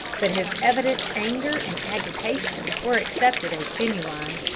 but his evident anger and agitation were accepted as genuine,